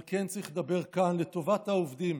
אבל כן צריך לדבר כאן, לטובת העובדים,